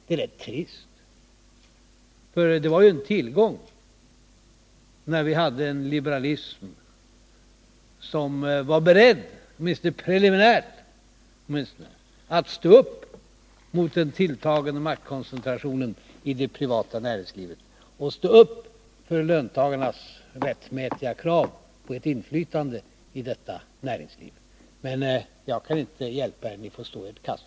Det är rätt trist, för det var en tillgång när vi hade en liberalism som var beredd, åtminstone mycket preliminärt, att stå upp mot den tilltagande maktkoncentrationen i det privata näringslivet och för löntagarnas rättmätiga krav på ett inflytande i detta näringsliv. Men jag kan inte hjälpa er. Ni får stå ert kast.